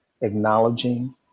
acknowledging